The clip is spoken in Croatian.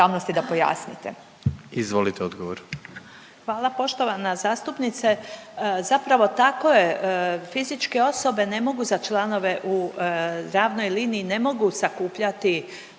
Hvala poštovana zastupnice. Zapravo, tako je, fizičke osobe ne mogu za članove u ravnoj liniji ne mogu sakupljati,